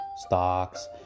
stocks